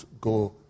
go